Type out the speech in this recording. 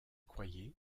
croyez